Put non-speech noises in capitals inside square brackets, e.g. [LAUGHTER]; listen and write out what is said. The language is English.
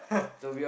[LAUGHS]